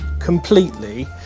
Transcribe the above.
Completely